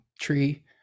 tree